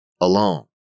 alone